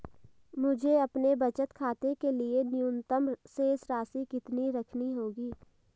मुझे अपने बचत खाते के लिए न्यूनतम शेष राशि कितनी रखनी होगी?